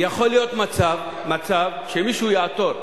יכול להיות מצב שמישהו יעתור,